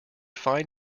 find